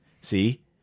See